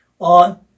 on